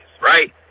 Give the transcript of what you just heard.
right